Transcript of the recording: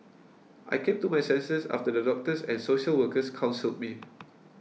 I came to my senses after the doctors and social workers counselled me